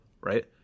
right